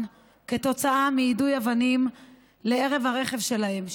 כתוצאה מיידוי אבנים לעבר הרכב שלהם,